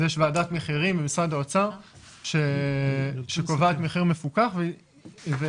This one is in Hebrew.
יש ועדת מחירים במשרד האוצר שקובעת מחיר מפוקח ויצאו